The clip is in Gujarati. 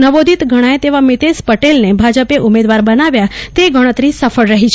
નવોદિત ગણાય તેવા મિતેશ પટેલને ભાજપે ઉમેદવાર બનાવ્યા તે ગણતરી સફળ છે